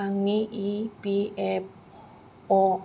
आंनि इपिएफअ